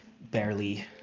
barely